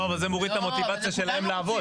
לא, אבל זה מוריד את המוטיבציה שלהם לעבוד.